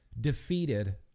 defeated